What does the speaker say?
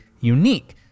unique